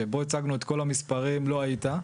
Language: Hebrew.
שבו הצגנו את כל המספרים לא היית.